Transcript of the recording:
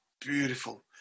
beautiful